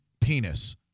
penis